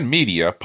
Media